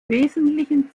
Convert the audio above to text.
wesentlichen